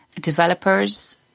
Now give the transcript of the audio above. developers